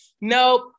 nope